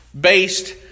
based